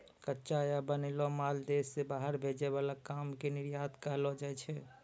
कच्चा या बनैलो माल देश से बाहर भेजे वाला काम के निर्यात कहलो जाय छै